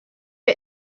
der